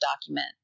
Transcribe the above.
document